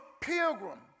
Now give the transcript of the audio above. pilgrim